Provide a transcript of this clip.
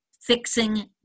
fixing